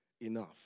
enough